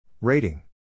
Rating